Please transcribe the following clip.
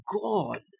God